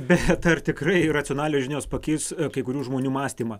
bet ar tikrai racionalios žinios pakeis kai kurių žmonių mąstymą